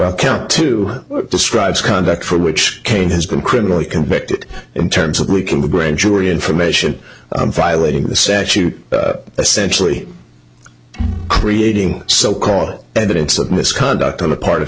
count two strides conduct for which cain has been criminally convicted in terms of we can the grand jury information i'm violating the statute essentially creating so called evidence of misconduct on the part of